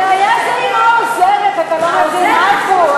הבעיה זה עם העוזרת, אתה לא מבין, עפו?